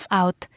out